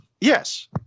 Yes